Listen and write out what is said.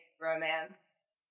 romance